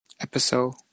episode